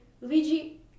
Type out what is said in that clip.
Luigi